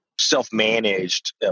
self-managed